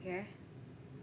ya